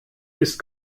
ist